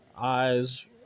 eyes